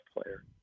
player